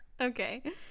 okay